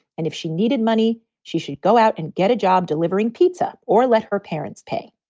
and if she needed money, she should go out and get a job delivering pizza or let her parents pay.